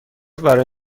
برای